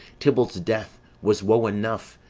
tybalt's death was woe enough,